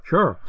Sure